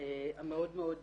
המאוד-מאוד